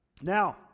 Now